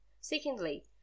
Secondly